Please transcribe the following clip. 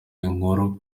inkuru